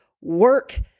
work